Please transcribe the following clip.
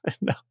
No